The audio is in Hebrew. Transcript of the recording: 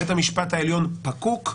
בית המשפט העליון פקוק.